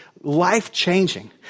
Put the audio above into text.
life-changing